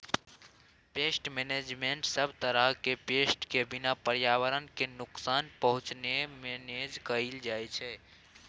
pest मेनेजमेन्टमे सब तरहक पेस्ट केँ बिना पर्यावरण केँ नुकसान पहुँचेने मेनेज कएल जाइत छै